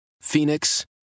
Phoenix